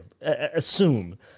assume